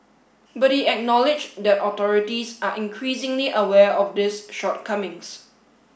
but he acknowledged that authorities are increasingly aware of these shortcomings